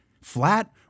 flat